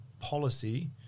policy